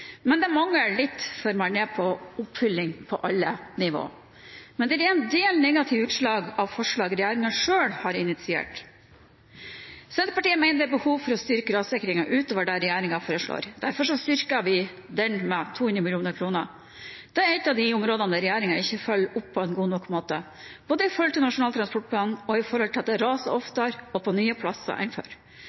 men det mangler litt før man har oppfylt på alle nivå. Men det er en del negative utslag av forslaget regjeringen selv har initiert. Senterpartiet mener det er behov for å styrke rassikringen utover det regjeringen foreslår. Derfor styrker vi det med 200 mill. kr. Dette er ett av områdene som regjeringen ikke følger opp på god nok måte – både med tanke på Nasjonal transportplan og det at det raser oftere enn før og på nye plasser.